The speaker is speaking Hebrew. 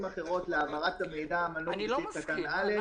אחרות להעברת המידע המנוי בסעיף קטן (א),